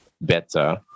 better